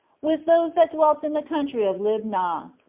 with those that dwelt in the country of libnah.